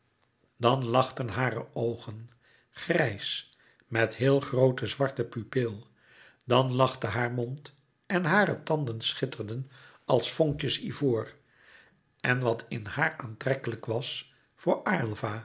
dan lachten hare oogen grijs met heel groote zwarte pupil dan lachte haar mond en hare tanden schitterden als vonkjes ivoor louis couperus metamorfoze en wat in haar aantrekkelijk was voor